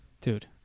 Dude